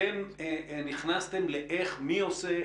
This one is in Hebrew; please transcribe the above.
אתם נכנסתם למי עושה,